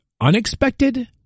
Unexpected